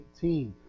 18